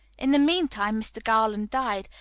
in the mean time mr. garland died,